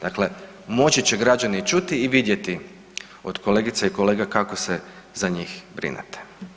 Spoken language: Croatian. Dakle, moći će građani čuti i vidjeti od kolegica i kolega kako se za njih brinete.